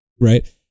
right